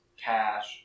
cash